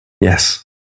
Yes